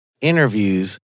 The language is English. interviews